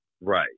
Right